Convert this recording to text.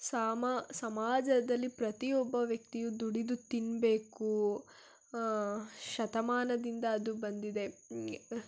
ಸಾಮ ಸಮಾಜದಲ್ಲಿ ಪ್ರತಿಯೊಬ್ಬ ವ್ಯಕ್ತಿಯು ದುಡಿದು ತಿನ್ನಬೇಕು ಶತಮಾನದಿಂದ ಅದು ಬಂದಿದೆ